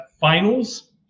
finals